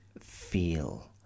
feel